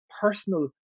personal